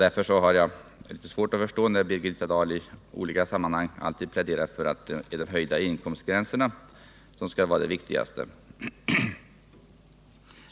Därför har jag litet svårt att förstå Birgitta Dahl, när hon i olika sammanhang alltid pläderar för att det är de höjda inkomstgränserna som är det viktigaste.